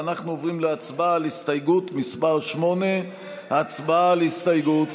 ואנחנו עוברים להצבעה על הסתייגות מס' 8. הצבעה על הסתייגות.